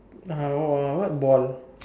uh what what ball